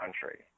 country